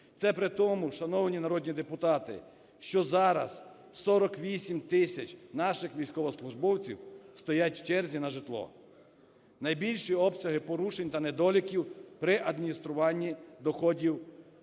Це при тому, шановні народні депутати, що зараз 48 тисяч наших військовослужбовців стоять в черзі на житло. Найбільші обсяги порушень та недоліків при адмініструванні доходів, дохідної